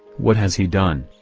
what has he done?